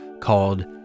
called